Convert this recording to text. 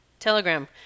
Telegram